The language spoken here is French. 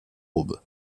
aube